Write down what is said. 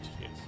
yes